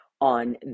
on